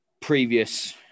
previous